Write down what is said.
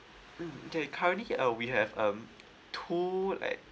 mm okay currently uh we have um two at